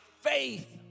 faith